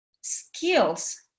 skills